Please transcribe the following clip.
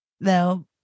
No